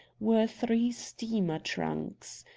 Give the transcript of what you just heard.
were three steamer-trunks.